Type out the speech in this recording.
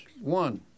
One